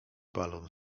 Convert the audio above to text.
balon